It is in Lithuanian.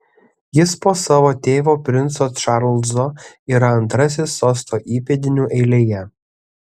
jis po savo tėvo princo čarlzo yra antrasis sosto įpėdinių eilėje